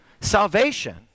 salvation